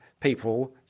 people